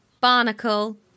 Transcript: barnacle